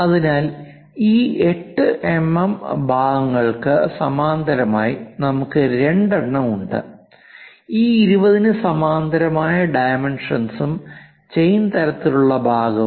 അതിനാൽ ഈ 8 എംഎം ഭാഗങ്ങൾക്ക് സമാന്തരമായി നമുക്ക് രണ്ടെണ്ണം ഉണ്ട് ഈ 20 നു സമാന്തരമായ ഡൈമെൻഷൻസും ചെയിൻ തരത്തിലുള്ള ഭാഗവും